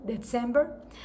December